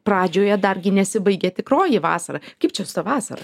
pradžioje dargi nesibaigė tikroji vasara kaip čia su ta vasara